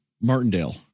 Martindale